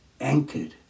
anchored